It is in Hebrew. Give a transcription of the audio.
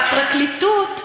אבל הפרקליטות,